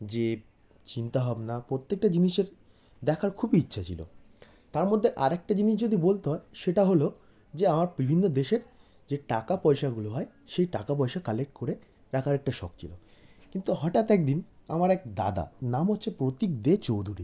যে চিন্তা ভাবনা প্রত্যেকটা জিনিসের দেখার খুবই ইচ্ছা ছিল তার মধ্যে আর একটা জিনিস যদি বলতে হয় সেটা হল যে আমার বিভিন্ন দেশের যে টাকা পয়সাগুলো হয় সেই টাকা পয়সা কালেক্ট করে রাখার একটা শখ ছিল কিন্তু হঠাৎ একদিন আমার এক দাদা নাম হচ্ছে প্রতীক দে চৌধুরী